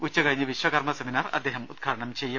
ഉച്ചകഴിഞ്ഞ് വിശ്വകർമ്മ സെമിനാർ അദ്ദേഹം ഉദ്ഘാടനം ചെയ്യും